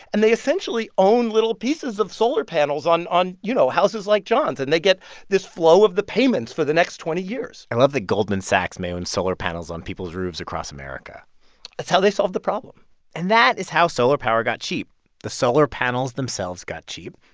and they essentially own little pieces of solar panels on, you know, houses like john's. and they get this flow of the payments for the next twenty years i love goldman sachs may own solar panels on people's roofs across america that's how they solved the problem and that is how solar power got cheap the solar panels themselves got cheap,